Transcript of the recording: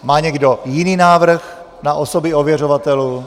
Má někdo jiný návrh na osoby ověřovatelů?